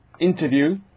interview